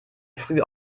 früh